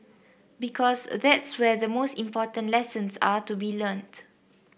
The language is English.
because that's where the most important lessons are to be learnt